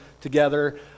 together